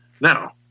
Now